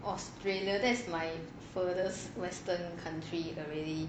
australia that is my furthest western country already